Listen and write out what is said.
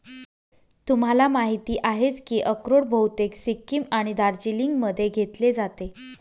तुम्हाला माहिती आहेच की अक्रोड बहुतेक सिक्कीम आणि दार्जिलिंगमध्ये घेतले जाते